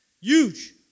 Huge